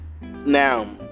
Now